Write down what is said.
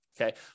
Okay